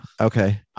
okay